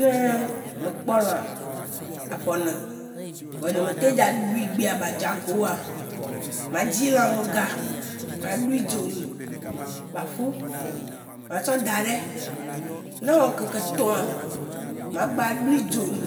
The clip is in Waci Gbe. Ne me kpɔ lã afɔ nè, vɔ nyé mé teŋ dza ɖui gbea ba dzagoa, ma dzi lãmèga a ɖui dzo nu ba ƒu, ma tsɔ daɖè. Né éwɔ ŋkeke tɔ̃a, ma gbã ɖui dzo nu